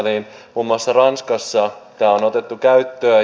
muun muassa ranskassa tämä on otettu käyttöön